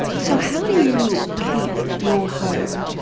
so how do you keep your hope,